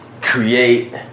create